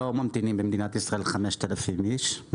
לא ממתינים במדינת ישראל 5,000 איש,